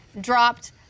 dropped